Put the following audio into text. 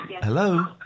hello